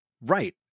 Right